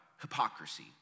hypocrisy